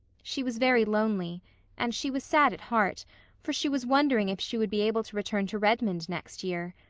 she was very lonely and she was sad at heart for she was wondering if she would be able to return to redmond next year.